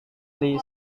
lee